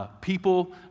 people